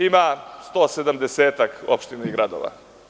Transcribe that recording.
Ima 170 opština i gradova.